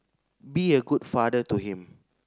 be a good father to him